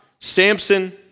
Samson